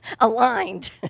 aligned